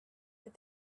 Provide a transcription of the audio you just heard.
that